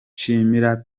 nshimira